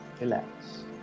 relax